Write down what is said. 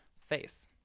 face